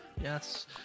Yes